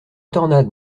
tornade